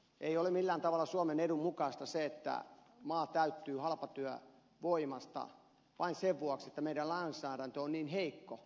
ei ole millään tavalla suomen edun mukaista se että maa täyttyy halpatyövoimasta vain sen vuoksi että meidän lainsäädäntömme on niin heikko